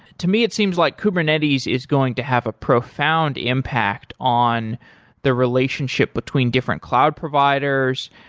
to me it seems like kubernetes is going to have a profound impact on the relationship between different cloud providers.